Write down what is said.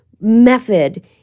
method